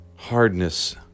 Hardness